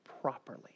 properly